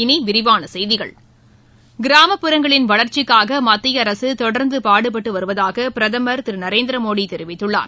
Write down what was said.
இனி விரிவான செய்திகள் கிராமப்புறங்களின் வளர்ச்சிக்காக மத்திய அரசு தொடர்ந்து பாடுபட்டு வருவதாக பிரதமர் திரு நரேந்திர மோடி தெரிவித்துள்ளார்